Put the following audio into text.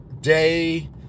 day